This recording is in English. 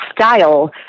style